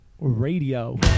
Radio